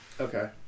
Okay